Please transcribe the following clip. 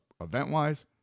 event-wise